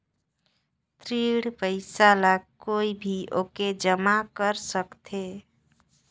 ऋण पईसा ला कोई भी आके जमा कर सकथे?